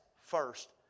first